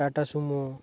Tata Sumo